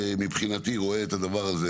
מבחינתי אני והממשלה רואים בדבר הזה